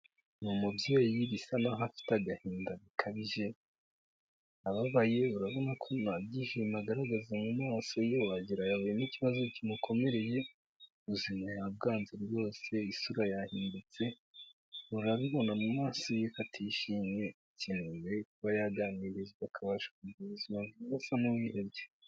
Ni umubyeyi bisa naho afite agahinda gakabije, ababaye, urabona ko nta byishimo agaragaza mu maso ye wagira yahuye n'ikibazo kimukomereye, ubuzima yabwanze bwose, isura yahindutse, urabibona mu maso ye ko atishimye, akeneye kuba yaganirizwa akabasha kugira ubuzima bwiza asa n'uwihebye.